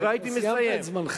אתה כבר סיימת את זמנך.